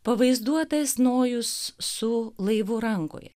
pavaizduotas nojus su laivu rankoj